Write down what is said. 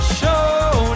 show